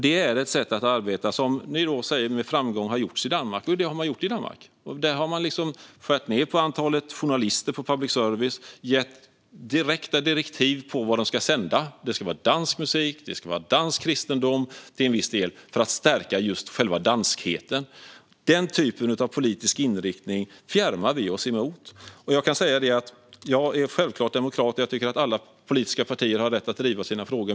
Det är ett arbete som gjorts med framgång i Danmark, säger ni, och man har gjort det i Danmark. Man har skurit ned antalet journalister i public service och gett direkta direktiv för vad de ska sända. Det ska vara dansk musik, och det ska vara dansk kristendom till viss del för att stärka själva danskheten. Den typen av politisk inriktning fjärmar vi oss från. Jag är självklart demokrat. Jag tycker att alla politiska partier har rätt att driva sina frågor.